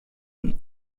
und